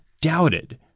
doubted